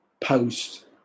post